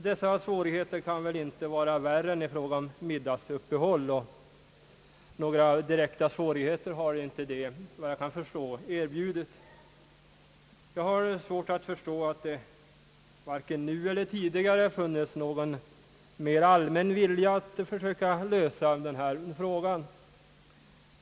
Dessa svårigbeter kan väl inte vara värre än i fråga om middagsuppehållet och några direkta svårigheter har detta, efter vad jag kan förstå, inte erbjudit. Jag har svårt att förstå att det varken nu eller tidigare funnits någon mera allmän vilja att försöka lösa den här frågan.